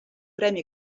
premi